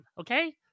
okay